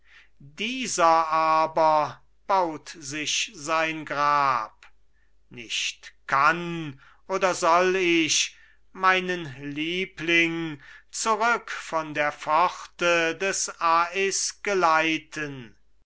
dieser aber baut sich sein grab nicht kann oder soll ich meinen liebling zurück von der pforte des as geleiten